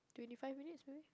twenty five minutes maybe